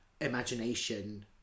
imagination